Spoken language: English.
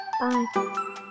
bye